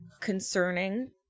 concerning